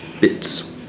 bits